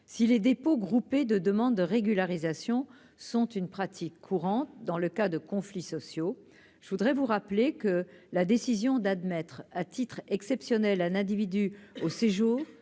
si les dépôts groupée de demande de régularisation sont une pratique courante dans le cas de conflits sociaux, je voudrais vous rappeler que la décision d'admettre à titre exceptionnel à l'individu au séjour